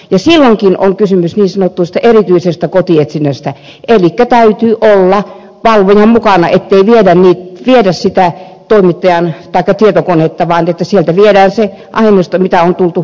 ja silloinkin on kysymys niin sanotusta erityisestä kotietsinnästä elikkä täytyy olla valvoja mukana ettei viedä sitä tietokonetta vaan että sieltä viedään se aineisto mitä on tultu hakemaan